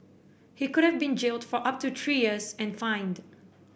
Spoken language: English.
he could have been jailed for up to three years and fined